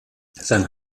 sein